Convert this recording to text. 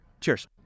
Cheers